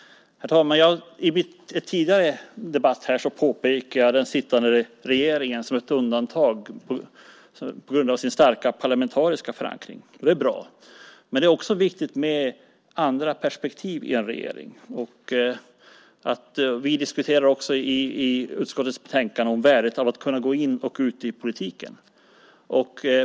Herr talman! I en tidigare debatt här påpekade jag att den sittande regeringen är ett undantag på grund av sin starka parlamentariska förankring. Det är bra, men det är också viktigt med andra perspektiv i en regering. Vi diskuterar också i utskottets betänkande värdet av att kunna gå in i och ut ur politiken.